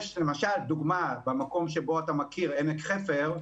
יש, למשל, דוגמה ממקום שאתה מכיר, עמק חפר.